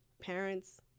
Parents